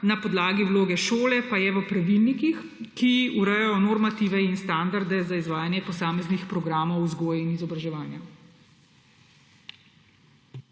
na podlagi vloge šole pa je v pravilnikih, ki urejajo normative in standarde za izvajanje posameznih programov v vzgoji in izobraževanju.